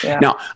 Now